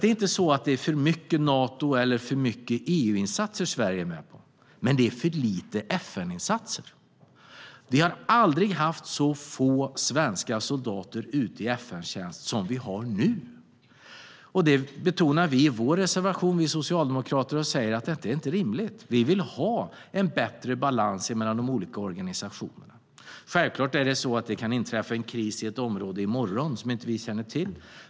Det är inte så att Sverige är med i för många Nato eller EU-insatser, men det är för få FN-insatser. Sverige har aldrig haft så få svenska soldater ute i FN-tjänst som nu. Vi socialdemokrater betonar i vår reservation att det inte är rimligt. Vi vill ha en bättre balans mellan de olika organisationerna. Självklart kan det inträffa en kris i ett område i morgon som vi inte känner till.